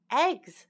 eggs